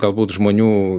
galbūt žmonių